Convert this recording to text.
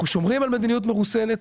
אנחנו שומרים על מדיניות מרוסנת,